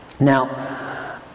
Now